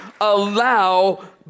allow